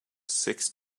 six